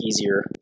easier